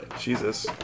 Jesus